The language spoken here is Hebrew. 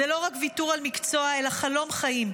זה לא רק ויתור על מקצוע אלא על חלום חיים.